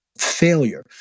failure